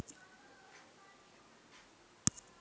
मोहनने त्याचे ए.टी.एम चे तपशील यू.पी.आय सेवेसाठी घातले